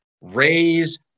raise